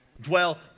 Dwell